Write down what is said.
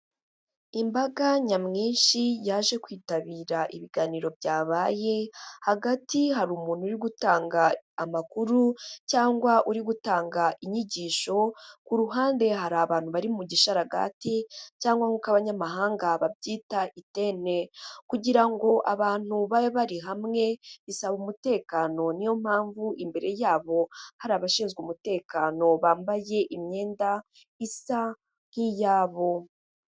Imbaga nyamwinshi yaje kwitabira ibiganiro byabaye, hagati hari umuntu uri gutanga amakuru cyangwa uri gutanga inyigisho, ku ruhande hari abantu bari mu gisharagati cyangwa nk'uko abanyamahanga babyita itente; kugira ngo abantu babe bari hamwe bisaba umutekano niyo mpamvu imbere yabo hari abashinzwe umutekano bambaye imyenda isa nk'iyabo.